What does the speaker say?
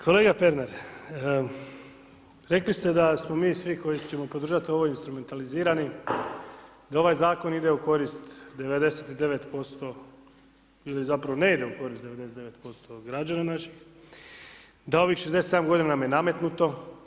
Kolega Pernar, rekli ste da smo mi svi koji ćemo podržati ovo instrumentalizirani, da ovaj zakon ide u korist '99% ili zapravo ne ide u korist 99% građana naših, da ovih 67 godina nam je nametnuto.